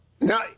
Now